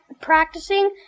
practicing